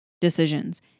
decisions